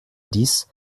dix